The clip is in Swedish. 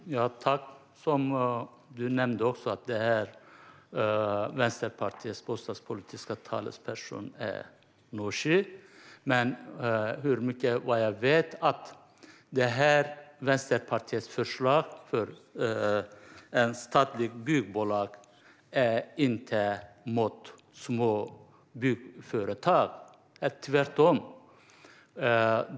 Fru talman! Du, Lars Beckman, nämnde också att Vänsterpartiets bostadspolitiska talesman är Nooshi Dadgostar, men jag vet att Vänsterpartiets förslag om ett statligt byggbolag inte riktar sig mot små byggföretag, tvärtom.